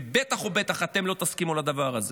ובטח ובטח אתם לא תסכימו לדבר הזה.